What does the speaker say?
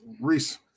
Reese